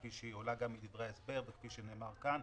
כפי שעולה גם מדברי ההסבר וכפי שנאמר כאן,